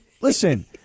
listen